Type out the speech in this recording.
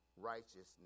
righteousness